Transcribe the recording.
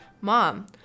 Mom